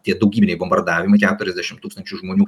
tie daugybiniai bombardavimai keturiasdešimt tūkstančių žmonių